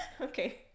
Okay